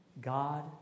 God